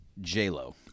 J-Lo